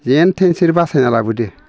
जेनथेनसो बासायना लाबोदो